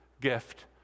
gift